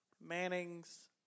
Manning's